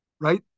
right